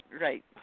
Right